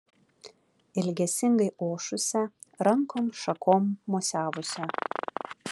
ilgesingai ošusia rankom šakom mosavusia